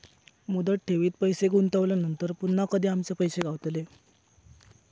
मुदत ठेवीत पैसे गुंतवल्यानंतर पुन्हा कधी आमचे पैसे गावतले?